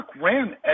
ran